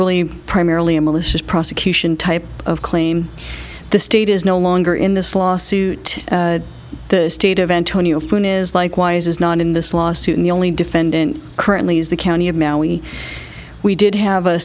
really primarily a malicious prosecution type of claim the state is no longer in this lawsuit the state of antonio flynn is likewise is not in this lawsuit in the only defendant currently is the county of maui we did have a